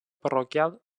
parroquial